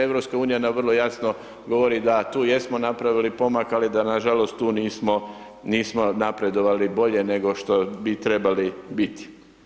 EU nam vrlo jasno govori da tu jesmo napravili pomak, ali da, nažalost, tu nismo napredovali bolje, nego što bi trebali biti.